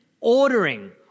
ordering